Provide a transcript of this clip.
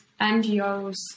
NGOs